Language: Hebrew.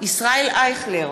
ישראל אייכלר,